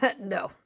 No